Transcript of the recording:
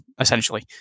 essentially